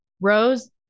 Rose